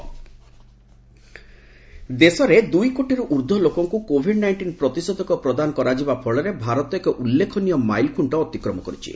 Covid vaccination ଦେଶରେ ଦୁଇକୋଟିରୁ ଊର୍ଦ୍ଧ୍ୱ ଲୋକଙ୍କୁ କୋଭିଡ ନାଇଷ୍ଟିନ୍ ପ୍ରତିଷେଧକ ପ୍ରଦାନ କରାଯିବା ଫଳରେ ଭାରତ ଏକ ଉଲ୍ଲେଖନୀୟ ମାଇଲ୍ଖୁଙ୍କ ଅତିକ୍ରମ କରିଛି